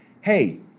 Hey